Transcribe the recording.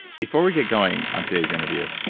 before we get going on today's interview,